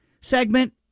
segment